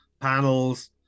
panels